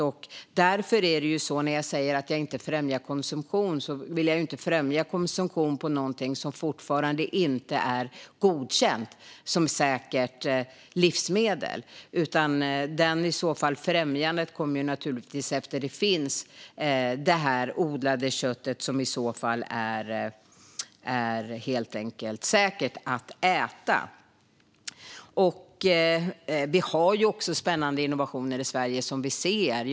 När jag säger att jag inte främjar konsumtion menar jag att jag inte vill främja konsumtion av någonting som fortfarande inte är godkänt som ett säkert livsmedel. Främjandet kommer efter att det odlade köttet, som i så fall är säkert att äta, finns. Vi har spännande innovationer som vi ser i Sverige.